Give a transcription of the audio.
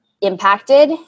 impacted